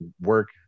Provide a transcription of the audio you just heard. work